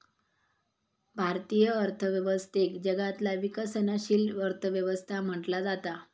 भारतीय अर्थव्यवस्थेक जगातला विकसनशील अर्थ व्यवस्था म्हटला जाता